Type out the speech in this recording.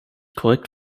korrekt